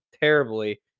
terribly